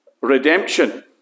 redemption